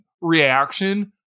reaction